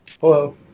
Hello